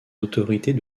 autorités